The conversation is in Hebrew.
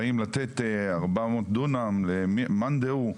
באים לתת 400 דונם למאן דהוא,